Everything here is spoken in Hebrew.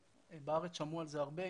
בארץ שמעו על זה הרבה,